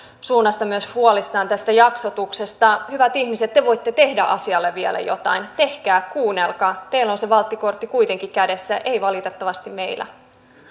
suunnasta huolissaan myös tästä jaksotuksesta hyvät ihmiset te voitte tehdä asialle vielä jotain tehkää kuunnelkaa teillä on kuitenkin se valttikortti kädessä ei valitettavasti meillä